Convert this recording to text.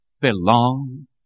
belong